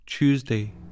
Tuesday